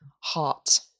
heart